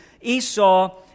Esau